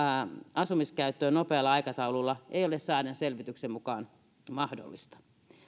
asumiskäyttöön nopealla aikataululla ei ole saadun selvityksen mukaan mahdollista